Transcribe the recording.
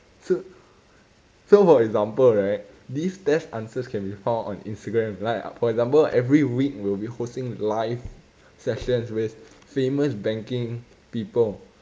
so so for example right these tests answers can be found on instagram like for example every week we will be hosting live sessions with famous banking people